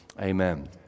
Amen